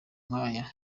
nk’aya